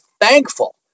thankful